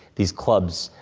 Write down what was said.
these clubs,